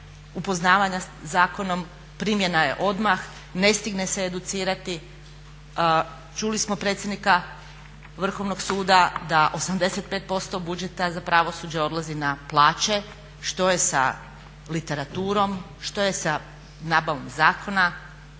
upoznavanja sa zakonom, primjena je odmah, ne stigne se educirati. Čuli smo predsjednika Vrhovnog suda da 85% budžeta za pravosuđe odlazi na plaće. Što je sa literaturom, što je sa nabavom zakona?